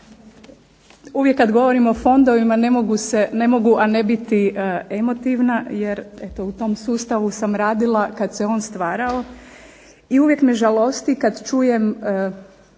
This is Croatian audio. Uvijek kada govorim o fondovima ne mogu a ne biti emotivna, jer eto u tom sustavu sam radila kada se on stvarao. I uvijek me žalosti kada čujem